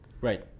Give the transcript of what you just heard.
Right